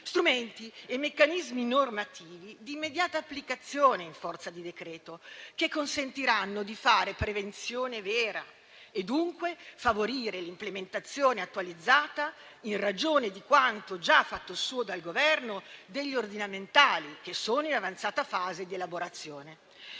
strumenti e meccanismi normativi di immediata applicazione in forza di decreto, che consentiranno di fare prevenzione vera e dunque di favorire l'implementazione attualizzata - in ragione di quanto già fatto suo dal Governo - degli ordinamentali, che sono in avanzata fase di elaborazione.